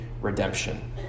redemption